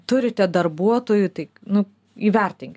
turite darbuotojų nu įvertink